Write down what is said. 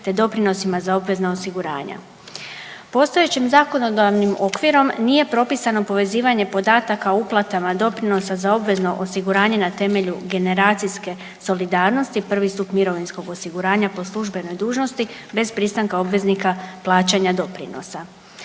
te doprinosima za obvezna osiguranja. Postojećim zakonodavnim okvirom nije propisano povezivanje podataka o uplatama doprinosa za obvezno osiguranje na temelju generacijske solidarnosti, prvi stup mirovinskog osiguranja po službenoj dužnosti bez pristanka obveznika plaćanja doprinosa,